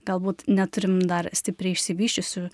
galbūt neturim dar stipriai išsivysčiusių